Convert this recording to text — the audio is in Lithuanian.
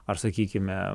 ar sakykime